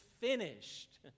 finished